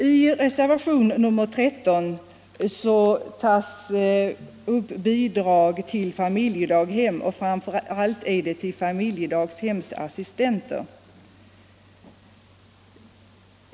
I reservationen 13 tas upp frågan om bidrag till familjedaghem, framför allt till familjedaghemsassistenter.